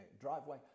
driveway